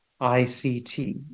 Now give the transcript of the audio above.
ICT